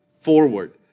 forward